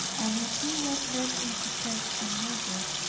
and if he was led into theft and murder,